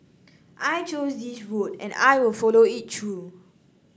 I chose this road and I'll follow it through